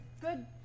good